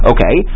Okay